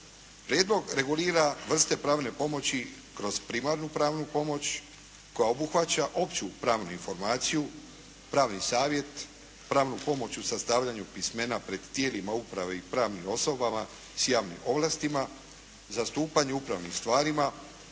Prijedlog regulira vrste pravne pomoći kroz primarnu pravnu pomoć koja obuhvaća opću pravnu informaciju, pravni savjet, pravnu pomoć u sastavljanju pismena pred tijelima uprave i pravnim osobama s javnim ovlastima, zastupanje u upravnim stvarima,